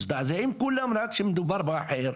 מזדעזעים כולם רק כשמדובר באחר,